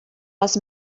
les